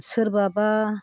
सोरबाबा